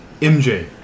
MJ